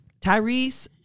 Tyrese